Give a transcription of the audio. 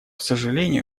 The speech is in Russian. сожалению